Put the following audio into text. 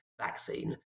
vaccine